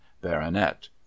baronet